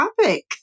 topic